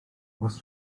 oes